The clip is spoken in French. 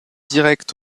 direct